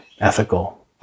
ethical